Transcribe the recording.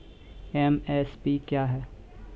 MSP क्या है?